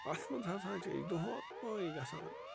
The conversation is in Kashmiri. اَتھ منٛز ہَسا چھِ أسۍ دۄہٕے گژھان